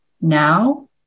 Now